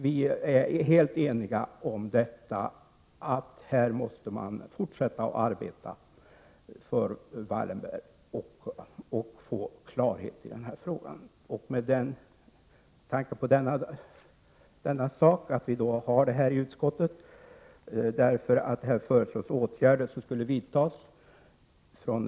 Vi är helt eniga om att man måste fortsätta att arbeta för Wallenberg och för att få klarhet i denna fråga. Jag ber att få yrka avslag på reservation 4 som följer upp den motion där detta tas upp.